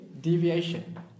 deviation